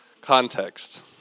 context